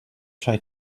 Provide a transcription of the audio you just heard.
try